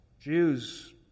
Jews